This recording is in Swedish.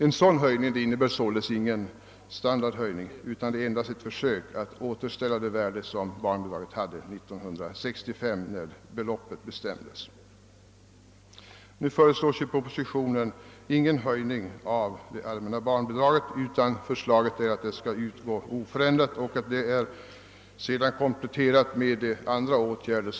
En sådan höjning innebär ingen standardökning utan endast ett försök att återställa det värde som bidraget hade 1965 då det nuvarande beloppet fastställdes. I propositionen föreslås ingen höjning av det allmänna barnbidraget, utan propositionsförslaget är att barnbidraget skall utgå med oförändrat belopp och i stället kompletteras med andra åtgärder.